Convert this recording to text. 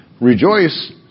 Rejoice